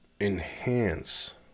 enhance